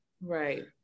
right